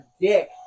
dick